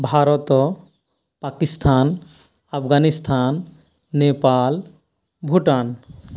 Bharat Pakistan Afghanistan Nepal Bhutan